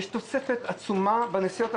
תוספת עצומה של משתמשים.